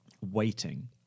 waiting